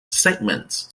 segments